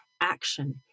Action